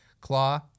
claw